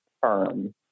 firm